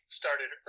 started